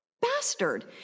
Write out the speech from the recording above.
Bastard